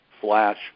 flash